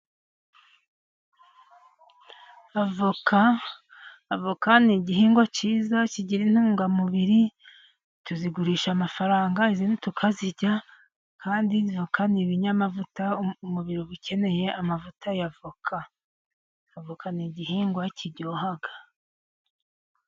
Avoka: Avoka ni igihingwa cyiza kigira intungamubiri, tuzigurisha amafaranga, izindi tukazirya kandi avoka n' ni ibinyamavuta. Umubiri uba ukeneye amavuta y' avoka. Avoka ni igihingwa kiryoha.